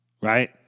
Right